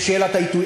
יש שאלת העיתוי.